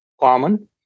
common